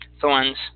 thorns